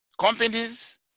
companies